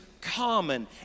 common